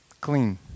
clean